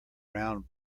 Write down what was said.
round